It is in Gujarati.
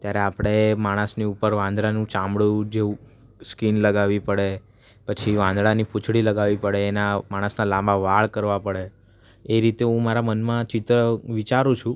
ત્યારે આપણે માણસની ઉપર વાંદરાનું ચામડું જેવું સ્કીન લગાવવી પડે પછી વાંદરાની પૂંછડી લગાવવી પડે એના માણસના લાંબા વાળ કરવા પડે એ રીતે હું મારાં મનમાં ચિત્ર વિચારું છું